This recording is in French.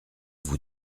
vous